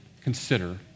consider